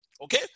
okay